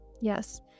Yes